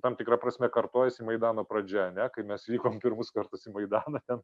tam tikra prasme kartojasi maidano pradžia ar ne kai mes vykom pirmus kartus į maidaną ten